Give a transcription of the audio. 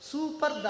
Super